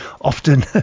often